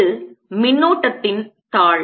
இது மின்னோட்டத்தின் தாள்